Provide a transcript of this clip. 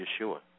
Yeshua